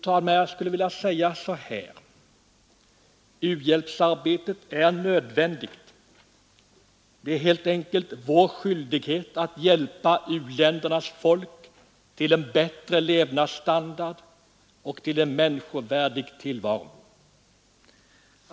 Jag skulle vilja säga så här: U-hjälpsarbetet är nödvändigt — det är helt enkelt vår skyldighet att hjälpa u-ländernas folk till en bättre levnadsstandard och till en människovärdig tillvaro.